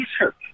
research